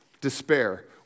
despair